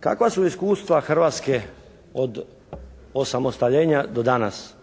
kakva su iskustva Hrvatske od osamosteljenja do danas?